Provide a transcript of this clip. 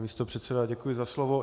Pane místopředsedo, děkuji za slovo.